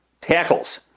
tackles